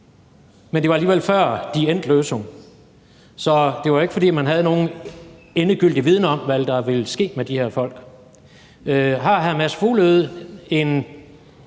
Men det var alligevel før die Endlösung, så det var ikke, fordi man havde nogen endegyldig viden om, hvad der ville ske med de her folk. Har hr. Mads Fuglede en